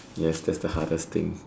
yes that's the hardest thing